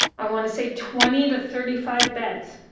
i want to say twenty to thirty five beds.